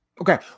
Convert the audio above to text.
Okay